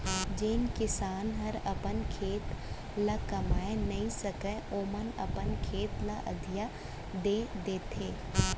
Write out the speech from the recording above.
जेन किसान हर अपन खेत ल कमाए नइ सकय ओमन अपन खेत ल अधिया दे देथे